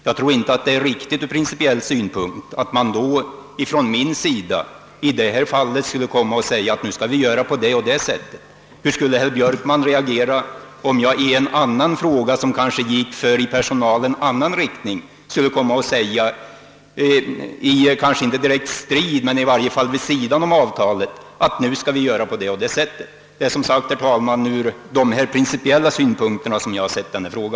Jag tror inte att det vore principiellt riktigt om jag skulle säga att vi härvidlag skall göra på det och det sättet. Hur skulle herr Björkman reagera om jag gjorde ett ställningstagande av detta slag när det gällde en fråga av motsatt innebörd för tjänstemännen, kanske inte i direkt strid med avtalet men vid sidan om detta. Det är, som sagt, ur dessa principiella synpunkter jag sett denna fråga.